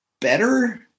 better